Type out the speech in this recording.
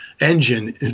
engine